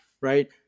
right